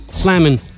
slamming